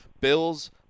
Bills